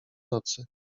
nocy